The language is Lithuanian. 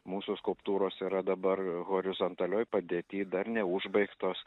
mūsų skulptūros yra dabar horizontalioj padėty dar neužbaigtos